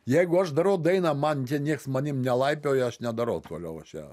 jeigu aš darau dainą man nieks manim nelaipioja aš nedarau toliau aš ją